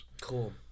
Cool